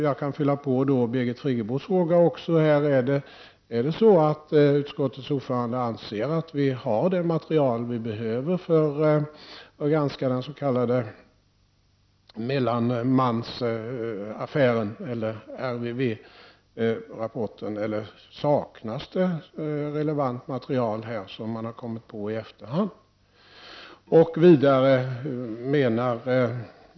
Jag kan fylla på Birgit Friggebos frågor: Anser utskottets ordförande att vi har det material vi behöver för att granska den s.k. mellanmansaffären, eller RRV-rapporten, eller har man i efterhand kommit på att det saknas relevant material?